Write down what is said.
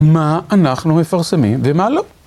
מה אנחנו מפרסמים ומה לא.